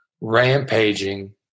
rampaging